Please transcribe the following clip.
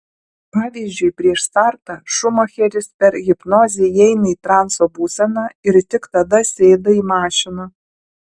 pavyzdžiui prieš startą šumacheris per hipnozę įeina į transo būseną ir tik tada sėda į mašiną